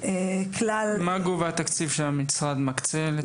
מה גובה התקציב שהמשרד מקצה לטובת העניין?